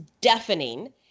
deafening